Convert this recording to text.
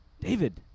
David